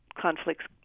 conflicts